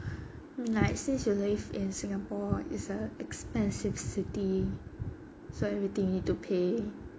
like since you live in singapore it's a expensive city so everything you need to pay